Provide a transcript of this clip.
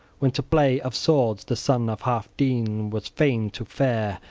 when to play of swords the son of healfdene was fain to fare.